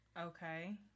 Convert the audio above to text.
Okay